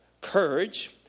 courage